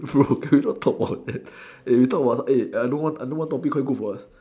bro can you don't talk about hey you talk about no one no more topic quite good for her